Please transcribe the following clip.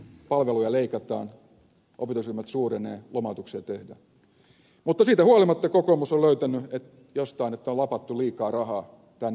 palveluja leikataan opetusryhmät suurenevat lomautuksia tehdään mutta siitä huolimatta kokoomus on löytänyt jostain että on lapattu liikaa rahaa tänne